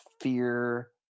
fear